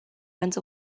runs